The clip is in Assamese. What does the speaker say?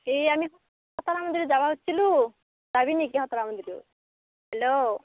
এই আমি মন্দিৰ যাব খুজিছিলোঁ যাবি নেকি খতৰা মন্দিৰত হেল্ল'